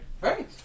Right